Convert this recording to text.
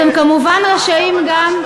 אתם כמובן רשאים גם,